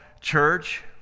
church